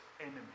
enemy